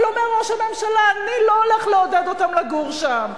אבל אומר ראש הממשלה: אני לא הולך לעודד אותם לגור שם.